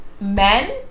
men